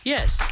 Yes